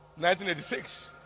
1986